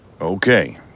Okay